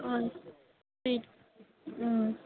KG